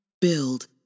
build